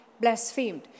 blasphemed